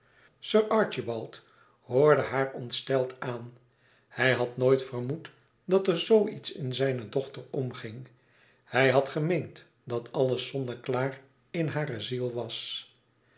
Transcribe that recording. sir archibald hoorde haar ontsteld aan hij had nooit vermoed dat er zoo iets in zijne dochter omging hij had gemeend dat alles zonneklaar in hare ziel was